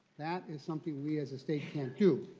that is something we as a state can do.